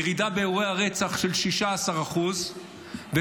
ירידה של 16% באירועי הרצח,